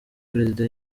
perezida